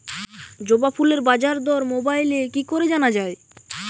জবা ফুলের বাজার দর মোবাইলে কি করে জানা যায়?